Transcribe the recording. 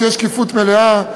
ותהיה שקיפות מלאה,